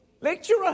lecturer